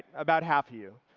about half of you.